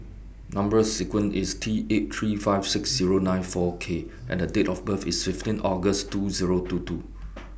Number sequence IS T eight three five six Zero nine four K and A Date of birth IS fifteen August two Zero two two